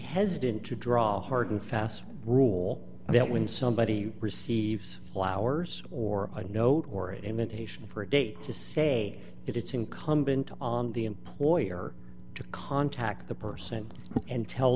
hesitant to draw a hard and fast rule that when somebody receives flowers or a note or invitation for a date to say it it's incumbent on the employer to contact the person and tell